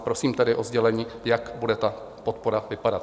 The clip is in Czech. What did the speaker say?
Prosím tedy o sdělení, jak bude ta podpora vypadat.